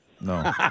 no